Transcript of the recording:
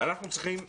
אנחנו צריכים,